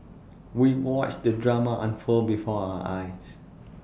we watched the drama unfold before our eyes